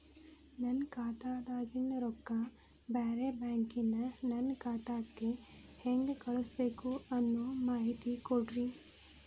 ನನ್ನ ಖಾತಾದಾಗಿನ ರೊಕ್ಕ ಬ್ಯಾರೆ ಬ್ಯಾಂಕಿನ ನನ್ನ ಖಾತೆಕ್ಕ ಹೆಂಗ್ ಕಳಸಬೇಕು ಅನ್ನೋ ಮಾಹಿತಿ ಕೊಡ್ರಿ?